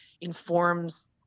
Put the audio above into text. informs